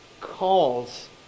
calls